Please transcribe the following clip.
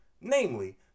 Namely